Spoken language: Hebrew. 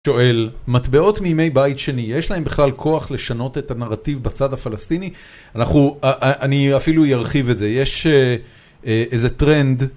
שואל, מטבעות מימי בית שני, יש להן בכלל כוח לשנות את הנרטיב בצד הפלסטיני? אנחנו, א-א-אני, אפילו ירחיב את זה. יש אה.. איזה טרנד...